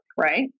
right